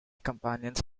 companions